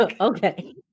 Okay